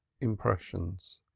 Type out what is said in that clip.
impressions